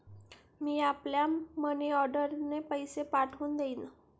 मी आपल्याला मनीऑर्डरने पैसे पाठवून देईन